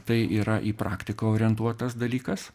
tai yra į praktiką orientuotas dalykas